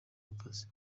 mukazi